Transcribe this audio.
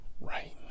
Right